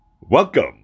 welcome